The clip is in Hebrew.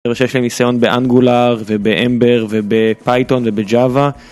אני חושב שיש לי ניסיון באנגולר ובאמבר ובפייטון ובג'אווה